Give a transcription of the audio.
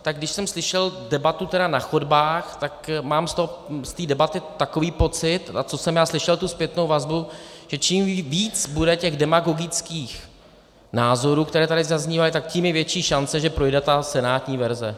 Tak když jsem slyšel debatu tedy na chodbách, tak mám z té debaty takový pocit, a co jsem já slyšel tu zpětnou vazbu, že čím víc bude těch demagogických názorů, které tady zaznívaly, tak tím větší je šance, že projde ta senátní verze.